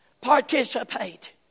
Participate